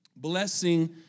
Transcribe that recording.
blessing